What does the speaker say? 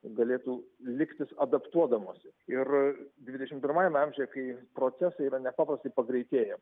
galėtų liktis adaptuodamosi ir dvidešimt pirmajame amžiuje kai procesai yra nepaprastai pagreitėję